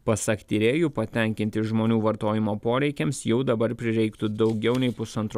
pasak tyrėjų patenkinti žmonių vartojimo poreikiams jau dabar prireiktų daugiau nei pusantro